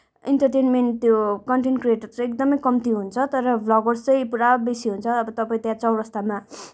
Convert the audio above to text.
entertainment त्यो content चाहिँ एकदमै कम्ती हुन्छ तर ब्लगर्स चाहिँ पुरा बेसी हुन्छ अब तपाईँ त्यहाँ चौरास्तामा